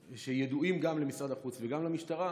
שידועים גם למשרד החוץ וגם למשטרה,